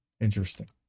Interesting